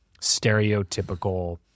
stereotypical